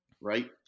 right